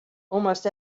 almost